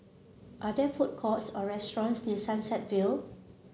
are there food courts or restaurants near Sunset Vale